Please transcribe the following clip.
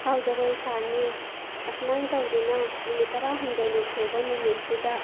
ꯍꯥꯎ ꯖꯒꯣꯏ ꯁꯥꯅꯤ ꯑꯁꯨꯃꯥꯏꯅ ꯇꯧꯗꯨꯅ ꯅꯨꯃꯤꯠ ꯇꯔꯥꯍꯨꯝꯗꯣꯏꯅꯤ ꯁꯨꯕ ꯅꯨꯃꯤꯠꯁꯤꯗ